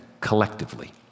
collectively